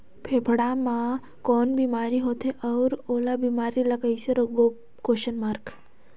फाफण मा कौन बीमारी होथे अउ ओला बीमारी ला कइसे रोकबो?